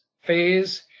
phase